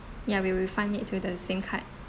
ya we'll refund it to the same card